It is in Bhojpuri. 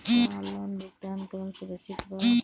का ऑनलाइन भुगतान करल सुरक्षित बा?